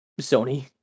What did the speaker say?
Sony